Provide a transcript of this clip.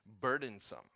burdensome